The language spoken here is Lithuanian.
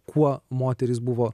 kuo moterys buvo